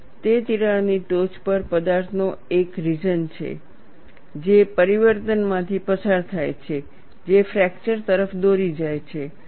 તે તિરાડની ટોચ પર પદાર્થનો એક રિજન છે જે પરિવર્તનમાંથી પસાર થાય છે જે ફ્રેકચર તરફ દોરી જાય છે